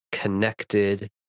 Connected